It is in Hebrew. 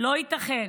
לא ייתכן